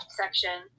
section